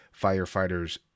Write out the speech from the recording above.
Firefighters